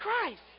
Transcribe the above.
Christ